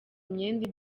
imyenda